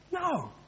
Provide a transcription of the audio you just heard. No